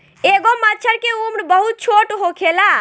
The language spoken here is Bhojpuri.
एगो मछर के उम्र बहुत छोट होखेला